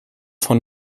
von